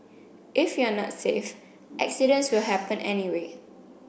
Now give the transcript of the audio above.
if you're not safe accidents will happen anyway